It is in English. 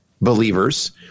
believers